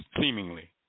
seemingly